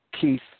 Keith